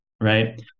Right